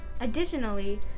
Additionally